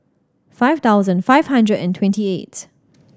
five thousand five hundred and twenty eight